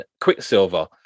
quicksilver